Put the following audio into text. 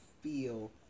feel